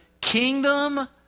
kingdom